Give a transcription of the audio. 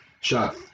shot